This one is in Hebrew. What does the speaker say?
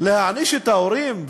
להעניש את ההורים?